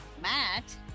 matt